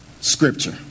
Scripture